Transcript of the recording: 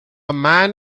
man